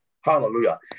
hallelujah